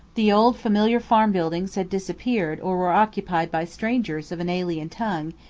the old familiar farm buildings had disappeared or were occupied by strangers of an alien tongue,